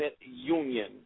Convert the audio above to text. union